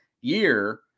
year